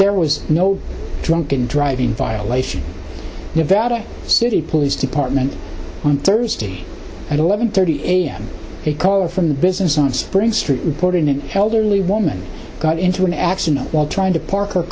there was no drunken driving violation of that city police department on thursday at eleven thirty a m a call from the business on spring street reported an elderly woman got into an accident while trying to park